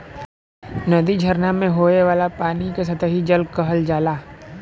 नदी, झरना में होये वाला पानी के सतही जल कहल जाला